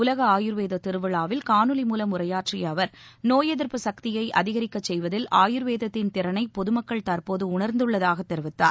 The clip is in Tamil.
உலக ஆயுர்வேத திருவிழாவில் காணொலி மூலம் உரையாற்றிய அவர் நோய் எதிர்ப்பு சக்தியை அதிகரிக்க செய்வதில் ஆயுர்வேதத்தின் திறனை பொதுமக்கள் தற்போது உணர்ந்துள்ளதாக தெரிவித்தார்